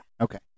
okay